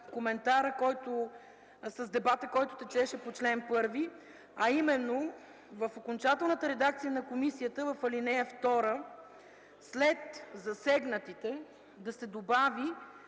връзка с дебата, който течеше по чл. 1, а именно в окончателната редакция на комисията в ал. 2 след „засегнатите” да се добави